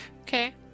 Okay